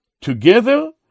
together